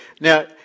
Now